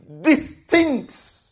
distinct